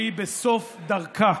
שהיא בסוף דרכה.